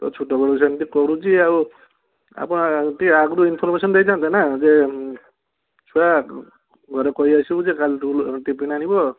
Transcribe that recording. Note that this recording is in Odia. ଛୋଟ ବେଳୁ ସେମିତି କରୁଛି ଆଉ ଆପଣ ଟିକେ ଆଗରୁ ଇନ୍ଫର୍ମେସନ୍ ଦେଇଥାନ୍ତେ ନା ଯେ ଛୁଆ ଘରେ କହି ଆସିବୁ ଯେ ଛୁଆ କାଲିଠୁ ଟିଫିନ୍ ଆଣିବ